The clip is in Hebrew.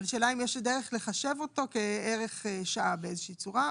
והשאלה אם יש דרך לחשב אותו באיזושהי צורה כערך שעה או